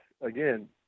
again